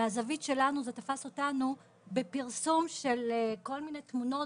מהזווית שלנו זה תפס אותנו בפרסום של כל מיני תמונות